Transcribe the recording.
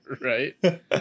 Right